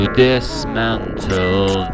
dismantle